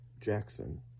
Jackson